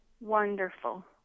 Wonderful